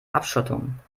abschottung